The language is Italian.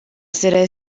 sera